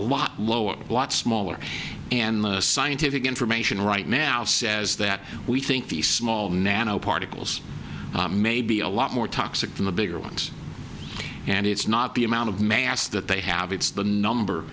lot lower a lot smaller and the scientific information right now says that we think the small nano particles may be a lot more toxic than the bigger ones and it's not the amount of mass that they have it's the number